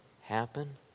happen